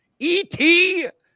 Et